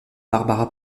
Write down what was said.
barbara